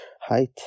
Height